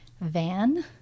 van